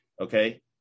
okay